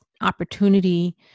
opportunity